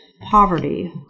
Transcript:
poverty